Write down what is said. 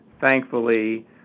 thankfully